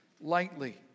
lightly